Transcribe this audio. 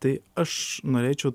tai aš norėčiau